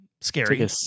Scary